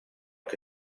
che